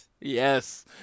Yes